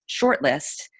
shortlist